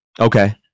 Okay